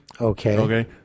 Okay